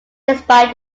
despite